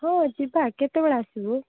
ହଁ ଯିବା କେତେବେଳେ ଆସିବୁ